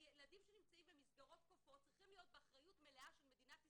ילדים שנמצאים במסגרות כופות צריכים להיות באחריות מלאה של מדינת ישראל,